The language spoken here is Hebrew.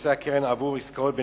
מנכסי הקרן עבור עסקאות בנכסיה,